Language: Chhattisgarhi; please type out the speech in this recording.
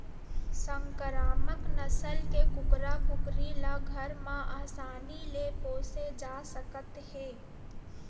संकरामक नसल के कुकरा कुकरी ल घर म असानी ले पोसे जा सकत हे